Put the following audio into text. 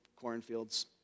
Cornfields